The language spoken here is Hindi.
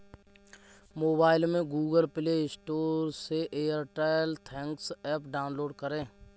मोबाइल में गूगल प्ले स्टोर से एयरटेल थैंक्स एप डाउनलोड करें